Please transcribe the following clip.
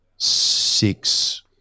six